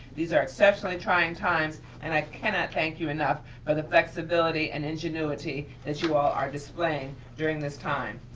these are exceptionally trying times, and i cannot thank you enough for the flexibility and ingenuity that you all are displaying during this time.